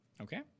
Okay